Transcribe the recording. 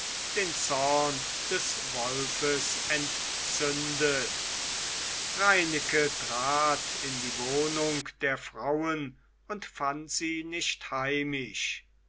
den zorn des wolfes entzündet reineke trat in die wohnung der frauen und fand sie nicht heimisch